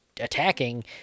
attacking